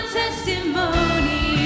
testimony